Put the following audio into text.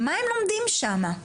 מה הם לומדים שם?